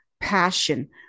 passion